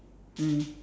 mm